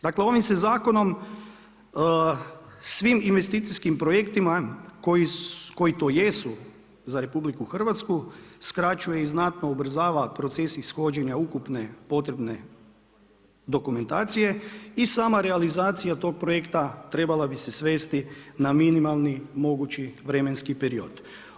Dakle ovim se zakonom svim investicijskim projektima koji to jesu za RH skraćuje i znatno ubrzava proces ishođenja ukupne potrebne dokumentacije i sama realizacija tog projekta trebala bi se svesti na minimalni mogući vremenski period.